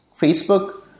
Facebook